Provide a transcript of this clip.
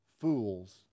Fools